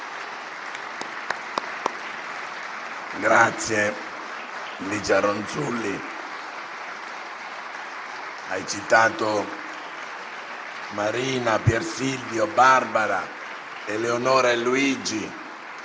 la senatrice Ronzulli, che ha citato Marina, Pier Silvio, Barbara, Eleonora e Luigi,